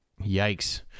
Yikes